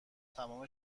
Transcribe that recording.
تمام